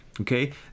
Okay